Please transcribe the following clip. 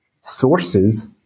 sources